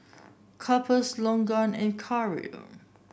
Cephus Logan and Karel